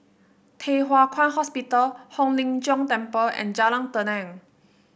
Thye Hua Kwan Hospital Hong Lim Jiong Temple and Jalan Tenang